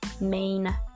main